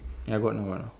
ya go out now lah